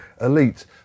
elite